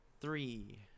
three